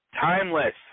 Timeless